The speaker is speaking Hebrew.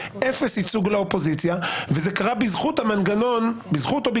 אפס ייצוג לאופוזיציה וזה קרה בזכות או בגלל